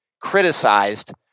criticized